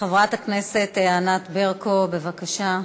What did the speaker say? חברת הכנסת ענת ברקו, בבקשה.